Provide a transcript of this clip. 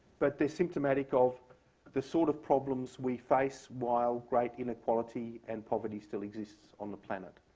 but they're symptomatic of the sort of problems we face while great inequality and poverty still exists on the planet.